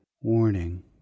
Warning